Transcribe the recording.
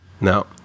No